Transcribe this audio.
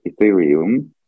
Ethereum